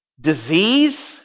Disease